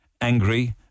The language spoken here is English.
angry